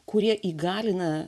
kurie įgalina